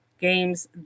games